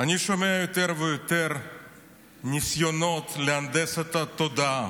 אני שומע יותר ויותר ניסיונות להנדס את התודעה.